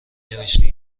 نوشتی